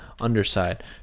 underside